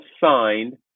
signed